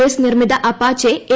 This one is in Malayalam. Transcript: ഐസ് നിർമ്മിത അപ്പാച്ചെ എ